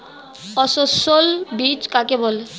অসস্যল বীজ কাকে বলে?